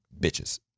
bitches